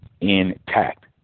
intact